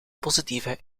positieve